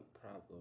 problem